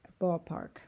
ballpark